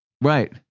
right